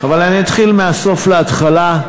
אבל אני אתחיל מהסוף להתחלה.